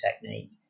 technique